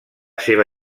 seva